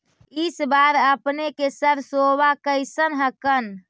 इस बार अपने के सरसोबा कैसन हकन?